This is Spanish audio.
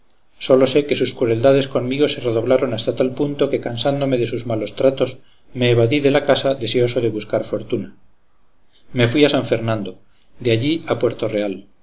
sólo sé que sus crueldades conmigo se redoblaron hasta tal punto que cansándome de sus malos tratos me evadí de la casa deseoso de buscar fortuna me fui a san fernando de allí a puerto real